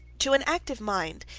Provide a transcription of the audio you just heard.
to an active mind,